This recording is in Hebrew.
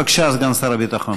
בבקשה, סגן שר הביטחון.